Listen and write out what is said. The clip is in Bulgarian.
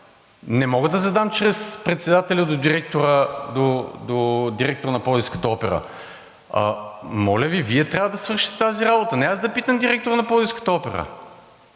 Не мога да задам чрез председателя до директора на Пловдивската опера. Моля Ви, Вие трябва да свършите тази работа. Не аз да питам директора на Пловдивската опера.